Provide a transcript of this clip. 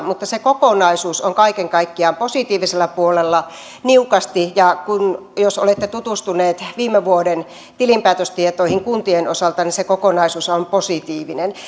mutta se kokonaisuus on kaiken kaikkiaan positiivisella puolella niukasti jos olette tutustuneet viime vuoden tilinpäätöstietoihin kuntien osalta niin se kokonaisuushan on positiivinen